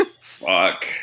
Fuck